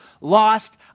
lost